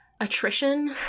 attrition